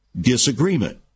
Disagreement